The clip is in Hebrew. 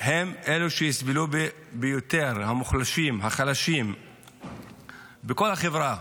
הם אלה שיסבלו ביותר, המוחלשים, החלשים בכל החברה,